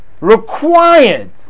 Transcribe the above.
required